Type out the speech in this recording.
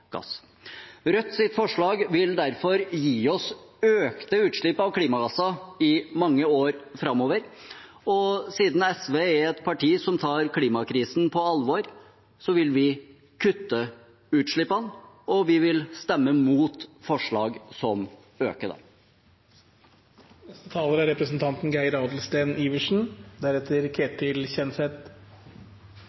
klimagasser i mange år framover. Siden SV er et parti som tar klimakrisen på alvor, vil vi kutte utslippene, og vi vil stemme mot forslag som øker dem. Jeg skal komme litt inn på det jeg tok opp i replikkvekslingen med ministeren. Beredskap er